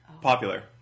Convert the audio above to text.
Popular